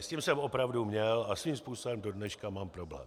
S tím jsem opravdu měl a svým způsobem dodneška mám problém.